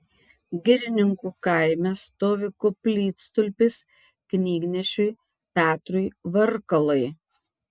girininkų kaime stovi koplytstulpis knygnešiui petrui varkalai